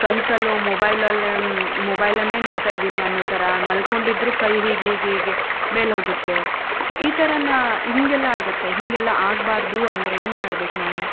ಕನಸಲ್ಲೂ ಮೊಬೈಲಲ್ಲೇ ಮೊಬೈಲನ್ನೇ ನೋಡ್ತಾ ಇದೀನಿ ಅನ್ನೋಥರ ಮಲ್ಕೊಂಡಿದ್ದರೂ ಕೈ ಹೀಗೆ ಹೀಗೆ ಹೀಗೆ ಮೇಲೆ ಹೋಗುತ್ತೆ ಸೊ ಈ ಥರ ನಾ ಹೀಗೆಲ್ಲ ಆಗುತ್ತೆ ಹೀಗೆಲ್ಲ ಆಗ್ಬಾರದು ಅಂದರೆ ಏನು ಮಾಡ್ಬೇಕು ನಾವು